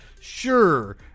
Sure